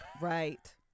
right